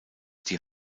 die